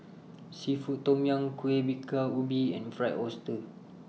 Seafood Tom Yum Kueh Bingka Ubi and Fried Oyster